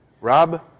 Rob